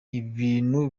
ibintu